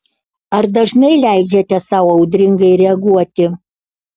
ar dažnai leidžiate sau audringai reaguoti